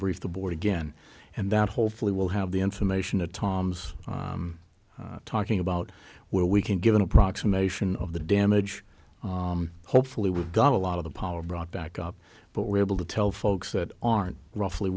brief the board again and that hopefully we'll have the information to tom's talking about where we can give an approximation of the damage hopefully we've got a lot of the power brought back up but we're able to tell folks that aren't roughly